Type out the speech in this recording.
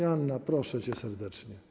Joanna, proszę cię serdecznie.